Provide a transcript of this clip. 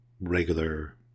regular